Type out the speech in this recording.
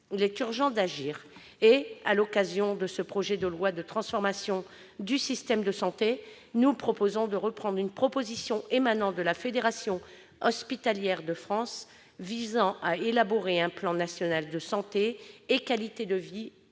de loi relatif à l'organisation et à la transformation du système de santé, nous proposons de reprendre une proposition émanant de la Fédération hospitalière de France, la FHF, visant à élaborer un plan national de santé et qualité de vie